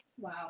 Wow